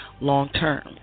long-term